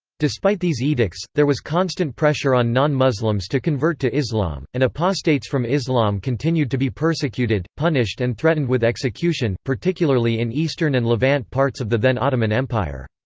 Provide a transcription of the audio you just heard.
despite these edicts, there was constant pressure on non-muslims to convert to islam, and apostates from islam continued to be persecuted, punished and threatened with execution, particularly in eastern and levant parts of the then ottoman empire.